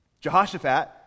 Jehoshaphat